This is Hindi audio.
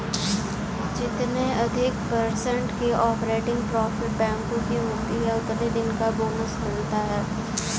जितने अधिक पर्सेन्ट की ऑपरेटिंग प्रॉफिट बैंकों को होती हैं उतने दिन का बोनस मिलता हैं